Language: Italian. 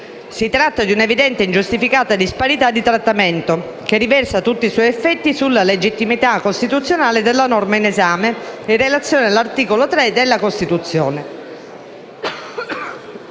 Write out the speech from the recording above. Si tratta di una evidente ingiustificata disparità di trattamento che riversa tutti i suoi effetti sulla legittimità costituzionale della norma in esame in relazione all'articolo 3 della Costituzione.